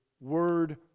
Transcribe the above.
word